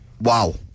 Wow